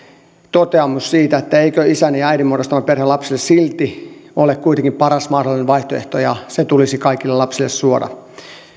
toteamus siitä että eikö isän ja äidin muodostama perhe lapselle silti ole kuitenkin paras mahdollinen vaihtoehto ja se tulisi kaikille lapsille suoda